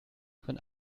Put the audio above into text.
von